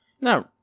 no